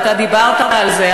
אתה דיברת על זה,